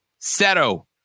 Seto